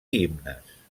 himnes